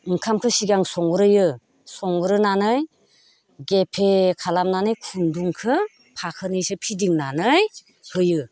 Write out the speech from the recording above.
ओंखामखौ सिगां संग्रोयो संग्रोनानै गेफे खालामनानै खुन्दुंखौ फाखोनैसो फिदिंनानै होयो